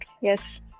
Yes